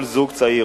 כל זוג צעיר,